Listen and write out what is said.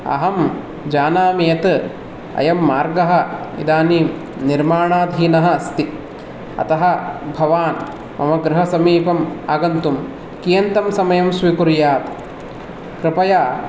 अहं जानामि यत् अयं मार्गः इदानीं निर्माणाधीनः अस्ति अतः भवान् मम गृहसमीपम् आगन्तुं कियन्तं समयं स्वीकुर्यात् कृपया